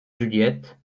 juliette